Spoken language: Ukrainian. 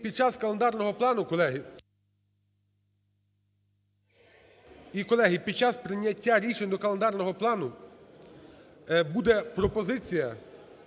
під час прийняття рішень до календарного плану буде пропозиція